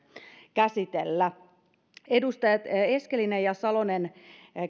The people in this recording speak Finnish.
käsitellä edustajat eskelinen ja salonen